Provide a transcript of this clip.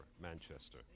Manchester